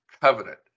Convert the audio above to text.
covenant